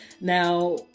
Now